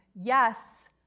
yes